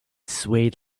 swayed